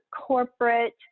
corporate